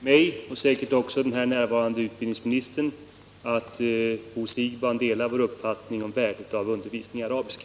Herr talman! Det gläder mig och säkert också den här närvarande utbildningsministern att Bo Siegbahn delar vår uppfattning om värdet av undervisning i arabiska.